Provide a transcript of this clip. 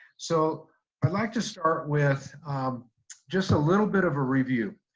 so i'd like to start with just a little bit of a review.